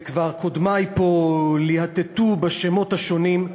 וכבר קודמי פה להטטו בשמות השונים.